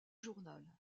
journal